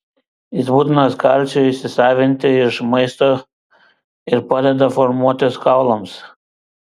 jis būtinas kalciui įsisavinti iš maisto ir padeda formuotis kaulams